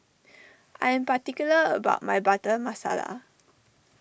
I am particular about my Butter Masala